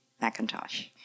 Macintosh